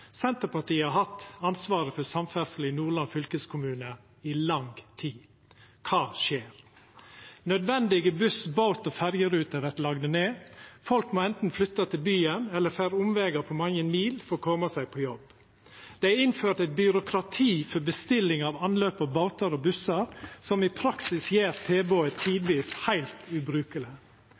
Senterpartiet har hatt ansvaret for samferdsel i Nordland fylkeskommune i lang tid. Kva skjer? Jo, nødvendige buss-, båt- og ferjeruter vert lagde ned, folk må anten flytta til byen eller fara omvegar på mange mil for å koma seg på jobb. Dei innførte byråkrati for bestilling av anløp på båtar og bussar, som i praksis gjer tilbodet tidvis heilt ubrukeleg.